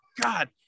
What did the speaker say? God